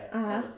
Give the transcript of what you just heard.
(uh huh)